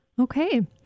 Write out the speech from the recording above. okay